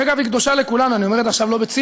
אגב, היא קדושה לכולם.